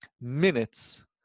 minutes